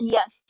Yes